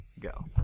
go